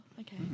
okay